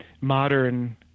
modern